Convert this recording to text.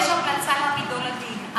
יש המלצה להעמידו לדין,